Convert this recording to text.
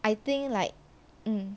I think like mm